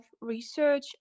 research